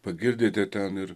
pagirdėte ten ir